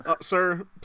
sir